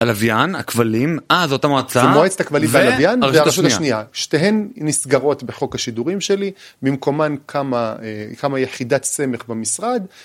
הלוויין, הכבלים, אה, זו אותה מועצה, זאת מועצת הכבלים והלוויין, שנייה, שתיהן נסגרות בחוק השידורים שלי, במקומן קמה קמה יחידת סמך במשרד.